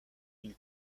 une